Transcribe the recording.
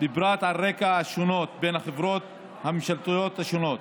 בפרט על רקע השונות בין החברות הממשלתיות השונות,